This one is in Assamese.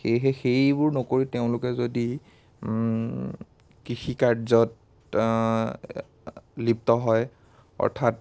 সেয়েহে সেইবোৰ নকৰি তেওঁলোকে যদি কৃষিকাৰ্য্যত লিপ্ত হয় অৰ্থাৎ